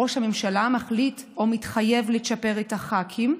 ראש הממשלה מחליט, או מתחייב, לצ'פר את הח"כים.